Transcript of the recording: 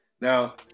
now